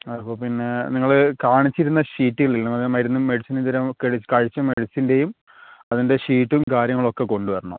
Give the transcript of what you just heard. അത് ഇപ്പം പിന്നെ നിങ്ങൾ കാണിച്ചിരുന്ന ഷീറ്റിൽ നിന്ന് അതായത് മരുന്നും മെഡിസിനും തരാൻ കഴിച്ച മെഡിസിൻ്റെയും അതിൻ്റെ ഷീട്ടും കാര്യങ്ങളും ഒക്കെ കൊണ്ട് വരണം